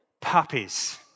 Puppies